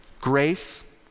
Grace